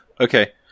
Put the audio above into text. Okay